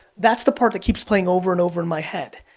that's the part that keeps playing over and over in my head.